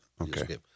Okay